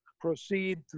proceed